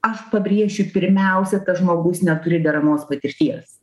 aš pabrėžiu pirmiausia žmogus neturi deramos patirties